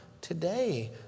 today